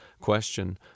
question